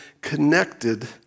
connected